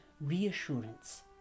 reassurance